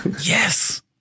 yes